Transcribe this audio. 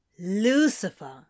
Lucifer